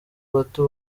bato